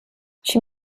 she